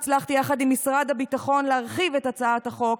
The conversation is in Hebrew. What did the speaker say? הצלחתי יחד עם משרד הביטחון להרחיב את הצעת החוק,